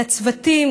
לצוותים,